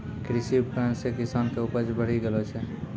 कृषि उपकरण से किसान के उपज बड़ी गेलो छै